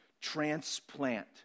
transplant